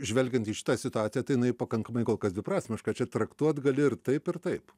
žvelgiant į šitą situaciją tai jinai pakankamai kol kas dviprasmiška čia traktuot gali ir taip ir taip